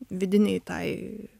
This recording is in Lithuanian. vidinei tai